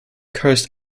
cursed